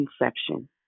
inception